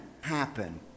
happen